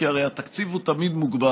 כי התקציב הרי תמיד מוגבל,